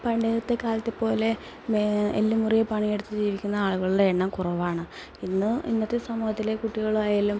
പണ്ടത്തെ കാലത്തെപ്പോലെ എല്ലു മുറിയെ പണിയെടുത്ത് ജീവിക്കുന്ന ആളുകളുടെ എണ്ണം കുറവാണ് ഇന്ന് ഇന്നത്തെ സമൂഹത്തിലെ കുട്ടികളായാലും